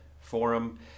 Forum